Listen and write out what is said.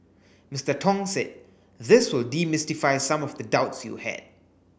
Mister Tong said this will demystify some of the doubts you had